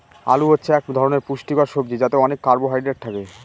আলু হচ্ছে এক ধরনের পুষ্টিকর সবজি যাতে অনেক কার্বহাইড্রেট থাকে